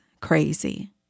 crazy